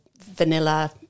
vanilla